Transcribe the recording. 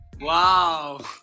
Wow